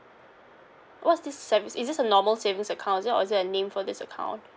what's this savis~ is this a normal savings account is it or is there a name for this account